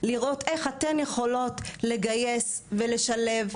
לראות איך אתן יכולות לגייס ולשלב,